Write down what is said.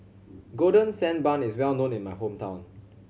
Golden Sand Bun is well known in my hometown